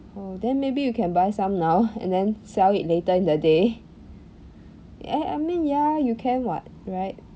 oh then maybe you can buy some now and then sell it later in the day I I mean ya you can [what] right